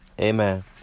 amen